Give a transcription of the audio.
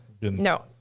no